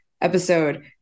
episode